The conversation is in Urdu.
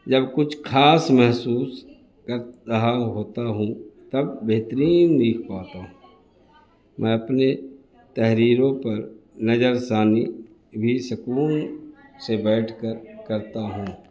جب کچھ خاص محسوس کر رہا ہوتا ہوں تب بہترین لکھ پاتا ہوں میں اپنے تحریروں پر نظر ثانی بھی سکون سے بیٹھ کر کرتا ہوں